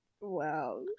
Wow